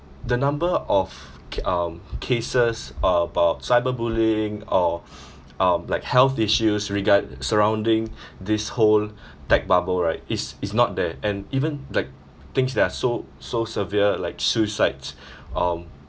the number of ca~ um cases about cyberbullying or um like health issues regard~ surrounding this whole tech bubble right is is not there and even like things that are so so severe like suicides um